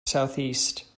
southeast